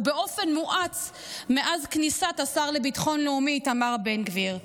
ובאופן מואץ מאז כניסת השר לביטחון לאומי איתמר בן גביר.